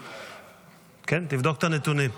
--- כן, תבדוק את הנתונים.